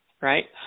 right